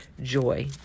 joy